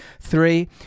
three